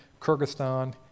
Kyrgyzstan